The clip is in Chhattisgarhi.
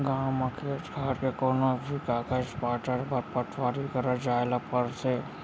गॉंव म खेत खार के कोनों भी कागज पातर बर पटवारी करा जाए ल परथे